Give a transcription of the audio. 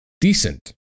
decent